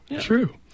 true